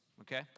okay